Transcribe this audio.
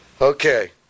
Okay